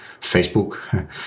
Facebook